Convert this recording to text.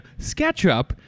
SketchUp